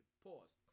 Pause